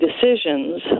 decisions